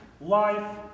life